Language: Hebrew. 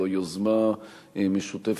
זו יוזמה משותפת,